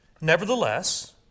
Nevertheless